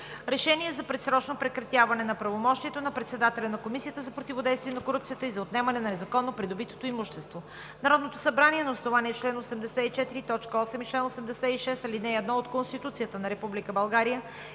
РЕШЕНИЕ за предсрочно прекратяване на правоотношението на председателя на Комисията за противодействие на корупцията и за отнемане на незаконно придобитото имущество Народното събрание на основание чл. 84, т. 8 и чл. 86, ал. 1 от Конституцията на Република